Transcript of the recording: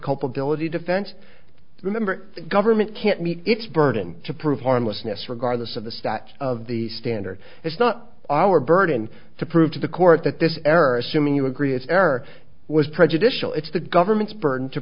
culpability defense remember the government can't meet its burden to prove harmlessness regardless of the stature of the standard it's not our burden to prove to the court that this error assuming you agree is error was prejudicial it's the government's burden to